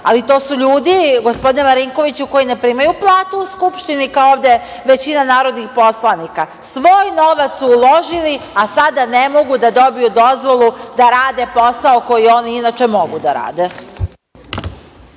ali to su ljudi, gospodine Marinkoviću, koji ne primaju platu u Skupštini, kao ovde većina narodnih poslanika, svoj novac su uložili, a sada ne mogu da dobiju dozvolu da rade posao koji inače mogu da rade.